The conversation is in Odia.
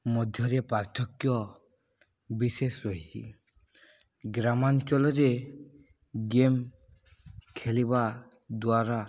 ମଧ୍ୟରେ ପାର୍ଥକ୍ୟ ବିଶେଷ ରହିଛି ଗ୍ରାମାଞ୍ଚଳରେ ଗେମ୍ ଖେଳିବା ଦ୍ୱାରା